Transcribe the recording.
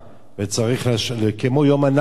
כמו יום הנכבה,